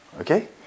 Okay